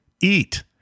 eat